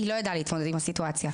היא לא ידעה להתמודד עם הסיטואציה.